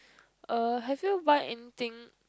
uh have you buy anything